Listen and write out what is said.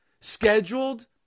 scheduled